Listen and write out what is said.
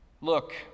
Look